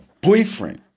boyfriend